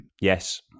Yes